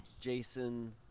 Jason